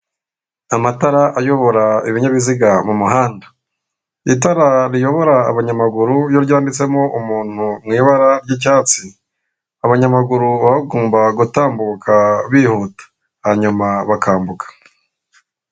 Amatara ayobora ibinyabiziga mu muhanda. Itara riyobora abanyamaguru iyo ryanditsemo umuntu mu ibara ry'icyatsi, abanyamaguru baba bagomba gutambuka bihuta, hanyuma bakambuka.